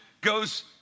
goes